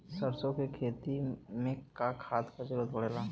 सरसो के खेती में का खाद क जरूरत पड़ेला?